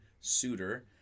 Suitor